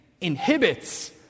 inhibits